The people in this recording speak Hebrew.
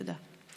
תודה.